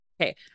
Okay